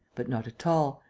but not at all.